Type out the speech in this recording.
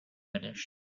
finished